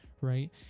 right